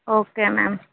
okay ma'am